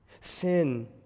Sin